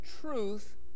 truth